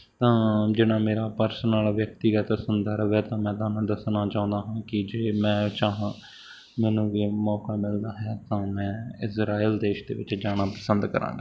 ਤਾਂ ਜਿੰਨਾ ਮੇਰਾ ਪਰਸਨਲ ਵਿਅਕਤੀਗਤ ਸੰਦਰਭ ਹੈ ਤਾਂ ਮੈਂ ਤੁਹਾਨੂੰ ਦੱਸਣਾ ਚਾਹੁੰਦਾ ਹਾਂ ਕਿ ਜੇ ਮੈਂ ਚਾਹਾਂ ਮੈਨੂੰ ਵੀ ਮੌਕਾ ਮਿਲਦਾ ਹੈ ਤਾਂ ਮੈਂ ਇਜਰਾਇਲ ਦੇਸ਼ ਦੇ ਵਿੱਚ ਜਾਣਾ ਪਸੰਦ ਕਰਾਂਗਾ